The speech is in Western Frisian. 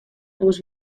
oars